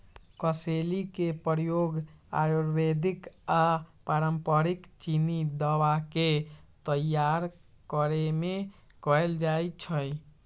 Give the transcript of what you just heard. कसेली के प्रयोग आयुर्वेदिक आऽ पारंपरिक चीनी दवा के तइयार करेमे कएल जाइ छइ